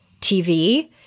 TV